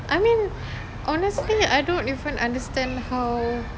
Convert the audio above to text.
I mean honestly I don't even understand how